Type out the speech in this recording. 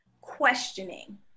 questioning